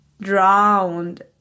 drowned